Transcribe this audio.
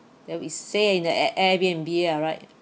then we stay in the air~ Airbnb ah right